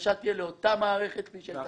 ההגשה תהיה לאותה מערכת כפי שהייתה.